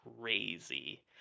crazy